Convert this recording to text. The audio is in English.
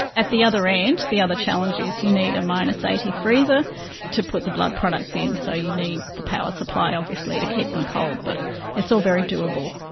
at the other end, the other challenge is you need a so eighty freezer to put the blood products in. so you need the power supply obviously to keep them cold. but it's all very doable.